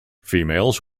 females